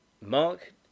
Mark